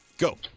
Go